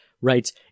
writes